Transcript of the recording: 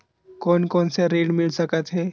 कोन कोन से ऋण मिल सकत हे?